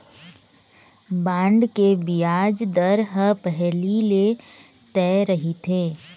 bond के बियाज दर ह पहिली ले तय रहिथे